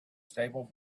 stable